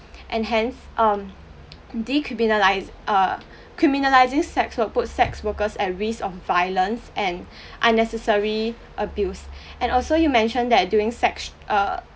and hence um decriminalise uh criminalising sex work put sex workers at risk of violence and unnecessary abuse and also you mention that during sex err